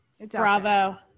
Bravo